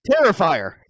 Terrifier